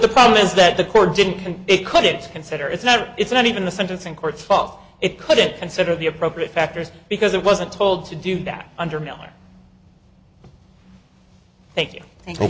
the problem is that the court didn't can it could it consider it's not it's not even the sentencing court's fault it could it consider the appropriate factors because it wasn't told to do that under miller thank you thank